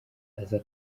aza